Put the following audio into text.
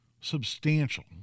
Substantial